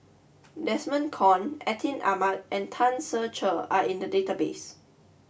Desmond Kon Atin Amat and Tan Ser Cher are in the database